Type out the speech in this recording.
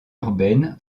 urbaine